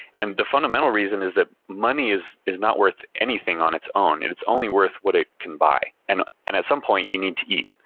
and the fundamental reason is that money is is not worth anything on its own, and it's only worth what it can buy. and and at some point you need to eat.